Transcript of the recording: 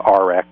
rx